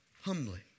humbly